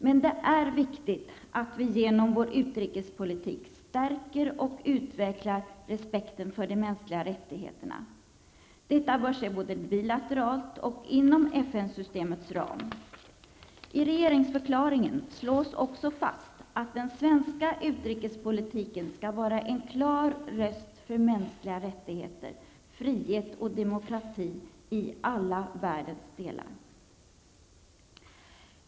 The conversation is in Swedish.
Men det är viktigt att vi genom vår utrikespolitik stärker och utvecklar respekten för de mänskliga rättigheterna. Detta bör ske både bilateralt och inom FN-systemets ram. I regeringsförklaringen slås också fast att ''den svenska utrikespolitiken skall vara en klar röst för mänskliga rättigheter, frihet och demokrati i världens alla delar''.